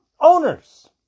Owners